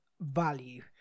value